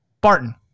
Barton